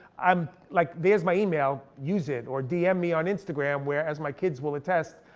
um like there's my email, use it, or dm me on instagram where, as my kids will attest,